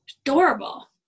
adorable